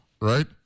right